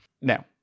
Now